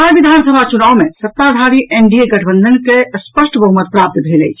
बिहार विधानसभा चुनाव में सत्ताधारी एनडीए गठबंधन के स्पष्ट बहुमत प्राप्त भेल अछि